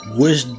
wish